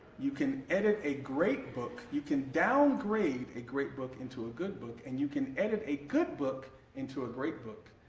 you can edit a great book you can downgrade a great book into a good book and you can edit a good book into a great book.